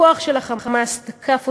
הכוח של ה"חמאס" תקף אותם,